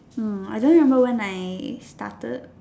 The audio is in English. oh I don't remember when I started